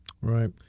Right